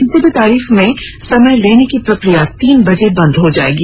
किसी भी तारीख में समय लेने की प्रक्रिया तीन बजे बंद हो जायेगी